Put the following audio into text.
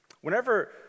Whenever